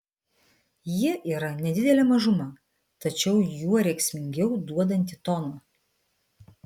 jie yra nedidelė mažuma tačiau juo rėksmingiau duodanti toną